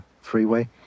freeway